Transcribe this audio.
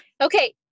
Okay